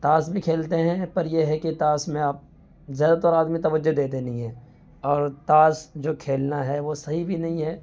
تاش بھی کھیلتے ہیں پر یہ ہے کہ تاش میں آپ زیادہ تر آدمی توجہ دیتے نہیں ہیں اور تاش جو کھیلنا ہے وہ صحیح بھی نہیں ہے